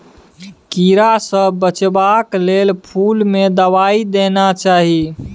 कीड़ा सँ बचेबाक लेल फुल में दवाई देना चाही